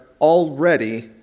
already